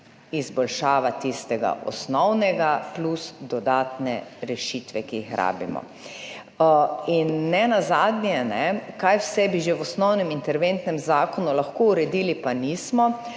izboljšava tistega osnovnega plus dodatne rešitve, ki jih rabimo in nenazadnje kaj vse bi že v osnovnem interventnem zakonu lahko uredili, pa nismo.